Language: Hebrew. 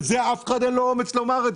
את זה לאף אחד אין אומץ לומר.